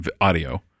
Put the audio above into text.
audio